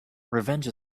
revenge